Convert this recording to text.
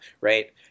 right